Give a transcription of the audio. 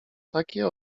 takie